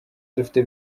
dufite